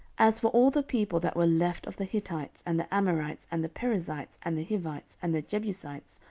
as for all the people that were left of the hittites, and the amorites, and the perizzites, and the hivites, and the jebusites,